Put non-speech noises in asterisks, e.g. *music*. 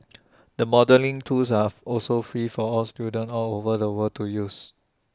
*noise* the modelling tools are *noise* also free for students all over the world to use